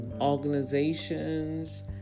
organizations